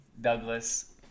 Douglas